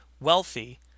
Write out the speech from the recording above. wealthy